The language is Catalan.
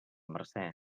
mercè